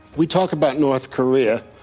we talk about north korea.